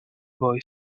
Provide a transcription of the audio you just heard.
boy